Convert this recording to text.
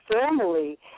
family